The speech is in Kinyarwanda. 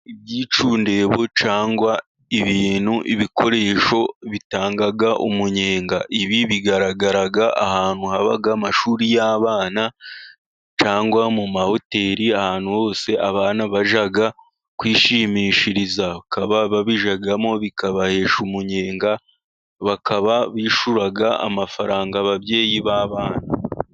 Ibyicundebo cyangwa ibintu ibikoresho bitanga umunyenga, ibi bigaraga ahantu haba amashuri y'abana, cyangwa mu mahoteli ahantu hose abana bajya kwishimishiriza, bakaba babijyamo bikabahesha umunyenga bakaba bishyura amafaranga ababyeyi b'abana.